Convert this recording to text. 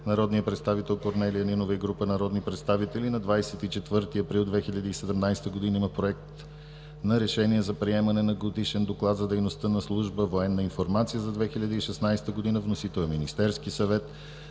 народният представител Корнелия Нинова и група народни представители. На 24 април 2017 г. има Проект на решение за приемане на Годишен доклад за дейността на Служба „Военна информация“ за 2016 г. Вносител е Министерският съвет.